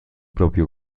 propio